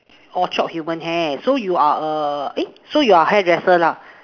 orh chop human hair so you are a eh so you're hair dresser lah